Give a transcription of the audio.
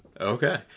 Okay